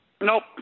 Nope